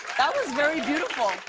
that was very beautiful.